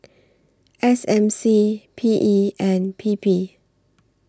S M C P E and P P